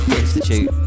institute